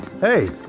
Hey